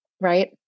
right